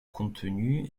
contenu